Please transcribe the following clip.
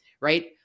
right